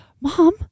mom